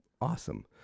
awesome